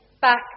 back